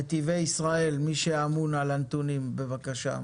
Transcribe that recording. נתיבי ישראל, מי שאמון על הנתונים, בבקשה.